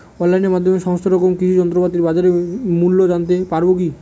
অনলাইনের মাধ্যমে সমস্ত রকম কৃষি যন্ত্রপাতির বাজার মূল্য জানতে পারবো কি?